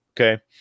okay